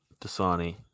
Dasani